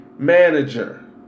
Manager